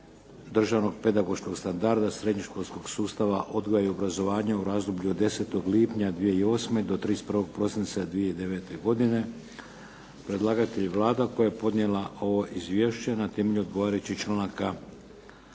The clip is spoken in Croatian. Državnog pedagoškog standarda srednjoškolskog sustava odgoja i obrazovanja u razdoblju od 10. lipnja 2008. do 31. prosinca 2009. godine, predlagatelj: Vlada Republike Hrvatske. Rasprava je zaključena.